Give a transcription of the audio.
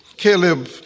Caleb